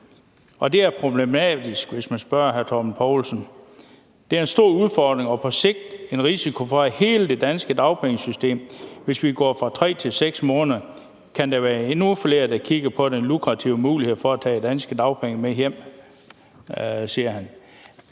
for brancheorganisationen Danske A-kasser. »Det er en stor udfordring og på sigt en risiko for hele det danske dagpengesystem. Hvis vi går fra tre til seks måneder, kan der være endnu flere, der kigger på de lukrative muligheder for at tage danske dagpenge med hjem,« siger han«.